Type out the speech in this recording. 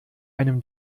einem